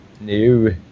No